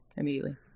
Immediately